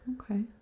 Okay